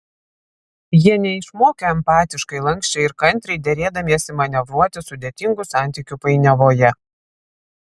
jie neišmokę empatiškai lanksčiai ir kantriai derėdamiesi manevruoti sudėtingų santykių painiavoje